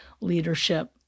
leadership